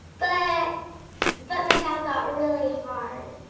but but my job got really hard.